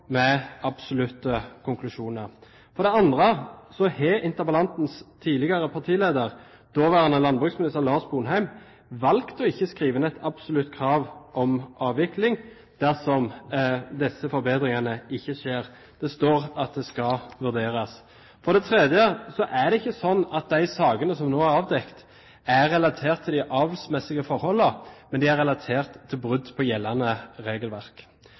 med absolutte konklusjoner. For det andre har interpellantens tidligere partileder, daværende landbruksminister Lars Sponheim, valgt ikke å skrive inn et absolutt krav om avvikling dersom disse forbedringene ikke skjer. Det står at det skal vurderes. For det tredje er det ikke sånn at de sakene som nå er avdekket, er relatert til de avlsmessige forholdene, men de er relatert til brudd på gjeldende regelverk.